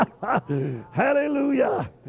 Hallelujah